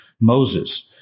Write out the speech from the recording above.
Moses